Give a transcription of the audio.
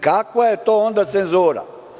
Kakva je to onda cenzura?